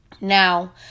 Now